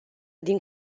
din